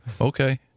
Okay